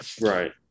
Right